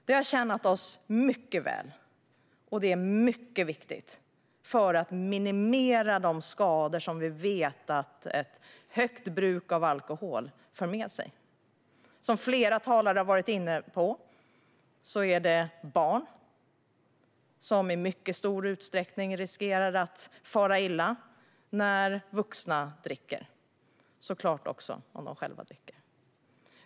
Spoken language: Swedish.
Det har tjänat oss mycket väl och är mycket viktigt för att minimera de skador som vi vet att ett högt bruk av alkohol för med sig. Som flera talare har varit inne på är det barn som i mycket stor utsträckning riskerar att fara illa när vuxna dricker; det gäller såklart också om de själva dricker.